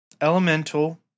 Elemental